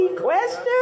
Question